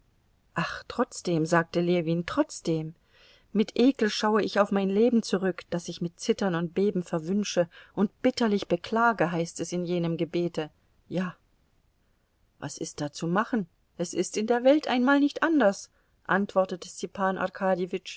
ach trotzdem sagte ljewin trotzdem mit ekel schaue ich auf mein leben zurück das ich mit zittern und beben verwünsche und bitterlich beklage heißt es in jenem gebete ja was ist da zu machen es ist in der welt einmal nicht anders antwortete